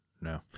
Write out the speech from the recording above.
No